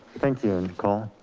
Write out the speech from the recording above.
thank you, nicole.